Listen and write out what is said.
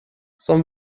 som